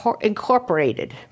incorporated